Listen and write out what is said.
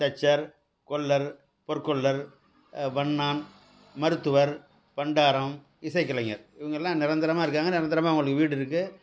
தச்சர் கொள்ளர் பொற்கொள்ளர் வண்ணான் மருத்துவர் பண்டாரம் இசைக்கலைஞர் இவங்கெல்லாம் நிரந்தரமாக இருக்காங்க நிரந்தரமாக அவங்களுக்கு வீடு இருக்குது